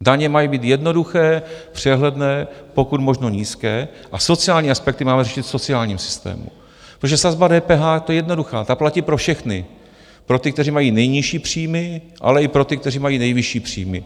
Daně mají být jednoduché, přehledné, pokud možno nízké a sociální aspekty máme řešit v sociálním systému, protože sazba DPH, ta je jednoduchá, ta platí pro všechny, pro ty, kteří mají nejnižší příjmy, ale i pro ty, kteří mají nejvyšší příjmy.